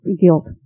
guilt